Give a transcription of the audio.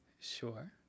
Sure